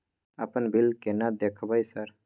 अपन बिल केना देखबय सर?